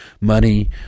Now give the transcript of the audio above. money